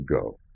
go